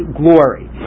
glory